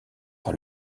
par